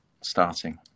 starting